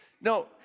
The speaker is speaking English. no